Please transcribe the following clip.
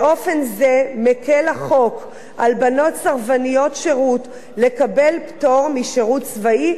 באופן זה מקל החוק על בנות סרבניות שירות לקבל פטור משירות צבאי,